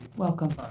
welcome.